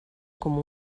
com